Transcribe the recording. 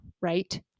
right